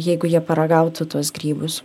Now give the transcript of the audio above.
jeigu jie paragautų tuos grybus